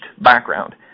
background